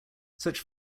such